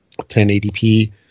1080p